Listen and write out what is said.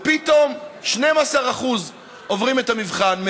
ופתאום 12% עוברים את המבחן,